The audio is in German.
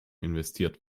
investiert